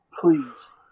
Please